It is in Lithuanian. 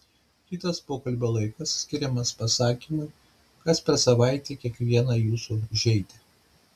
kitas pokalbio laikas skiriamas pasakymui kas per savaitę kiekvieną jūsų žeidė